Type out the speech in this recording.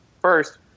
First